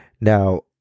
Now